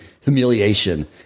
humiliation